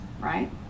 right